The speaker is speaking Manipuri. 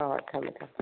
ꯑꯣ ꯊꯝꯃꯦ ꯊꯝꯃꯦ